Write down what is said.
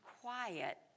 quiet